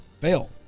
Fail